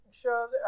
Sure